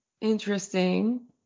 Interesting